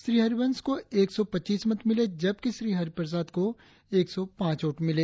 श्री हरिवंश को एक सौ पच्चीस मत मिले जबकि श्री हरिप्रसाद को एक सौ पांच वोट मिले